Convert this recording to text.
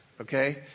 Okay